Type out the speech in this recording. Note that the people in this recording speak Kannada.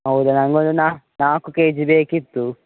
ಹೌದಾ ನನಗೊಂದು ನಾಲ್ಕು ನಾಲ್ಕು ಕೆಜಿ ಬೇಕಿತ್ತು